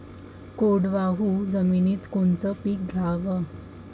कोरडवाहू जमिनीत कोनचं पीक घ्याव?